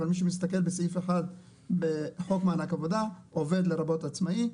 אבל מי שמסתכל בסעיף 1 בחוק מענק עבודה: עובד לרבות עצמאי.